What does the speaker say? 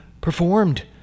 performed